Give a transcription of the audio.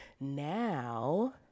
Now